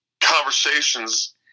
conversations